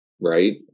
Right